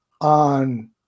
on